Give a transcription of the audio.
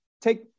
take